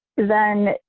then